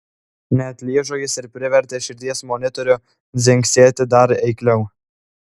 neatlyžo jis ir privertė širdies monitorių dzingsėti dar eikliau